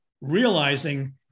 realizing